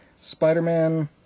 Spider-Man